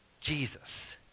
Jesus